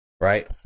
Right